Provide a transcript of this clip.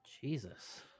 Jesus